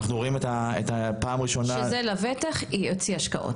אנחנו רואים -- שזה לבטח יוציא השקעות.